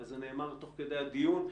וזה נאמר תוך כדי הדיון.